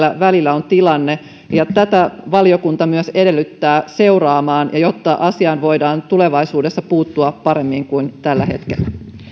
välillä on tilanne tätä valiokunta myös edellyttää seuraamaan jotta asiaan voidaan tulevaisuudessa puuttua paremmin kuin tällä hetkellä